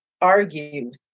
argued